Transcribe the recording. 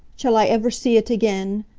shall i ever see it again?